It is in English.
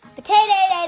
Potatoes